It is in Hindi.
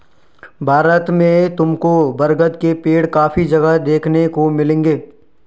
भारत में तुमको बरगद के पेड़ काफी जगह देखने को मिलेंगे